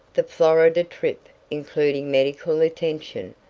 the florida trip, including medical attention,